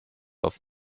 auf